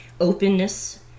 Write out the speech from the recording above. openness